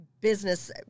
business